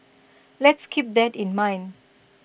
let's keep that in mind